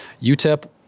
UTEP